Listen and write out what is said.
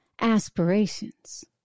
aspirations